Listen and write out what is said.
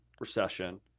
recession